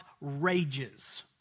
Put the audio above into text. rages